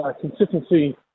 consistency